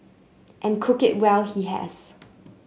and cook it well he has